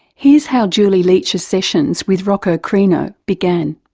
here's how julie leitch's sessions with rocco crino began.